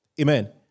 Amen